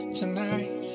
tonight